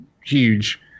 huge